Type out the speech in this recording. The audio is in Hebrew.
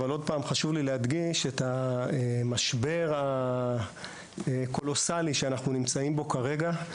אבל חשוב לי להדגיש עוד פעם את המשבר הקולוסאלי שאנחנו נמצאים בו כרגע.